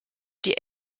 die